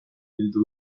bildu